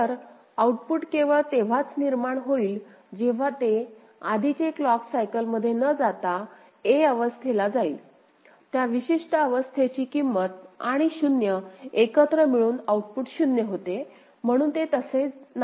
तर आउटपुट केवळ तेव्हाच निर्माण होईल जेव्हा तेआधीचे क्लॉक सायकलमध्ये न जाता a अवस्थेला जाईल त्या विशिष्ट अवस्थेची किंमत आणि 0 एकत्र मिळून आउटपुट 0 होते म्हणून ते तसे नाही